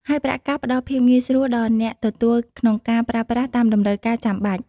ហើយប្រាក់កាសផ្តល់ភាពងាយស្រួលដល់អ្នកទទួលក្នុងការប្រើប្រាស់តាមតម្រូវការចាំបាច់។